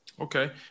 Okay